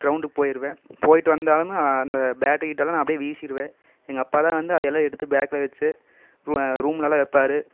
க்ரவுண்டுக்கு போயிருவேன் போயிவிட்டு வந்தோன அந்த பேட்டு கீட்டு எல்லான் அப்படியே வீசிருவேன் எங்கள் அப்பாதான் வந்து அதை எல்லான் எடுத்து பேகில் வச்சு ரூம்லலாம் வைப்பாரு